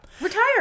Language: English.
Retire